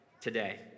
today